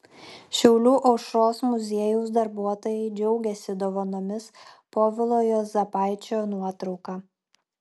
šiaulių aušros muziejaus darbuotojai džiaugiasi dovanomis povilo juozapaičio nuotrauka